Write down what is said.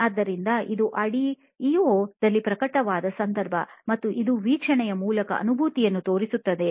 ಆದ್ದರಿಂದ ಇದು ಐಡಿಇಯೊದಲ್ಲಿ ಪ್ರಕಟವಾದ ಸಂದರ್ಭ ಮತ್ತು ಇದು ವೀಕ್ಷಣೆಯ ಮೂಲಕ ಅನುಭೂತಿಯನ್ನು ತೋರಿಸುತ್ತದೆ